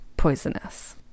Poisonous